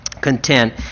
content